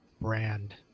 brand